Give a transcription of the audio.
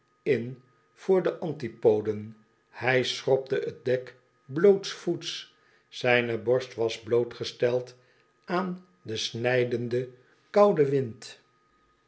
in voor de antipoden hij schrobde t dek blootsvoets zijne borst was blootgesteld aan den snijdenden kouden wind